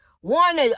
One